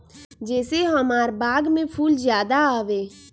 जे से हमार बाग में फुल ज्यादा आवे?